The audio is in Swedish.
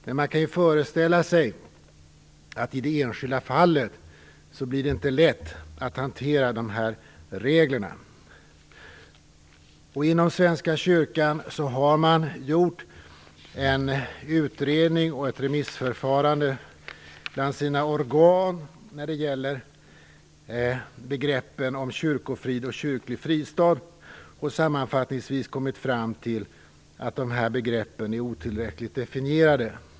Men man kan föreställa sig att det i det enskilda fallet inte blir lätt att hantera reglerna. Inom Svenska kyrkan har man gjort en utredning och ett remissförfarande bland sina organ när det gäller begreppen kyrkofrid och kyrklig fristad. Sammanfattningsvis har man kommit fram till att dessa begrepp är otillräckligt definierade.